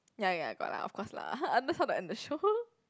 ya ya got lah of course lah that's how they end the show